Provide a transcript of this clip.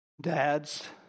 dads